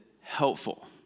helpful